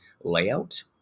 layout